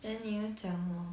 then 你又讲我